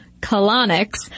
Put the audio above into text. colonics